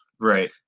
right